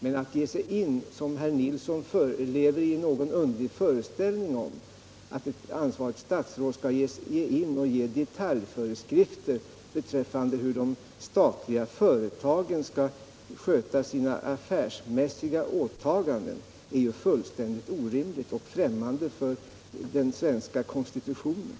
Men att, som herr Nilsson lever i en underlig föreställning om att det är möjligt, ett ansvarigt statsråd skall gå in och ge detaljföreskrifter beträffande hur de statliga företagen skall sköta sina affärsmässiga åtaganden är fullständigt orimligt och främmande för den svenska konstitutionen.